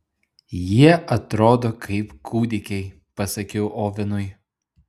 jie atrodo kaip kūdikiai pasakiau ovenui